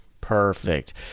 Perfect